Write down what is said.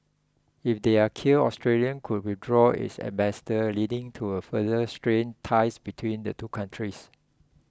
if they are killed Australia could withdraw its ambassador leading to a further strained ties between the two countries